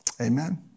Amen